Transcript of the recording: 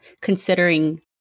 considering